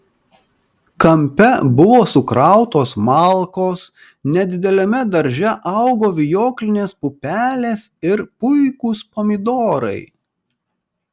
kampe buvo sukrautos malkos nedideliame darže augo vijoklinės pupelės ir puikūs pomidorai